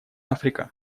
африка